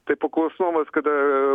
tai paklusnumas kada